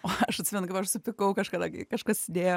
o aš atsimenu kaip aš supykau kažkada kažkas sėdėjo